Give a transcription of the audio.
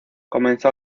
comenzó